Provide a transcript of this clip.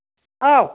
औ